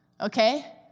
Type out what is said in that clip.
Okay